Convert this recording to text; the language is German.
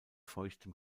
feuchtem